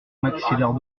maxillaire